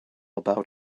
about